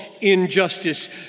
injustice